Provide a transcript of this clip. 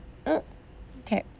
mm okay